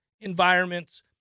environments